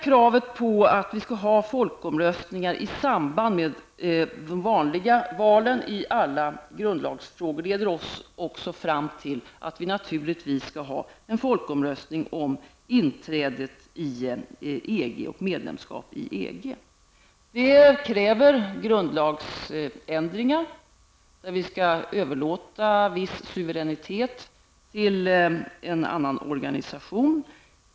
Kravet på att vi skall ha folkomröstningar i alla grundlagsfrågor i samband med de vanliga valen, innebär naturligtvis också att vi skall ha folkomröstning om inträdet i EG. Det kräver grundlagsändringar eftersom vi skall överlåta viss suveränitet till en annan organisation.